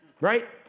right